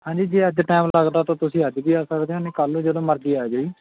ਹਾਂਜੀ ਜੇ ਅੱਜ ਟਾਈਮ ਲੱਗਦਾ ਤਾਂ ਤੁਸੀਂ ਅੱਜ ਵੀ ਆ ਸਕਦੇ ਹੋ ਨਹੀਂ ਕੱਲ੍ਹ ਨੂੰ ਜਦੋਂ ਮਰਜ਼ੀ ਆ ਜਿਓ ਜੀ